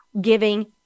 giving